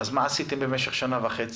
אז מה עשיתם במשך שנה וחצי?